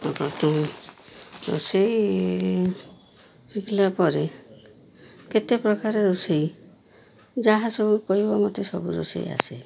ପ୍ରଥମେ ରୋଷେଇ ଶିଖିଲା ପରେ କେତେପ୍ରକାର ରୋଷେଇ ଯାହା ସବୁ କହିବ ମୋତେ ସବୁ ରୋଷେଇ ଆସେ